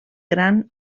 gran